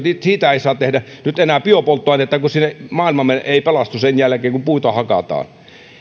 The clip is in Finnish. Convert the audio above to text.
siitä ei saa nyt tehdä enää biopolttoaineita kun maailma ei pelastu sen jälkeen kun puita hakataan niin kuin on tehty esityksiä